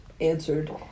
answered